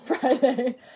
Friday